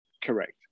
correct